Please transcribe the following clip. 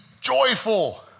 joyful